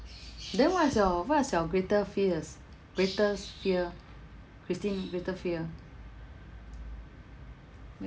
then what is your what is your greater fears greatest fear christine greater fear